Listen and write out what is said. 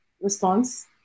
response